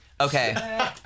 Okay